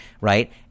right